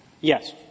Yes